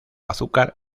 azúcar